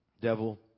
devil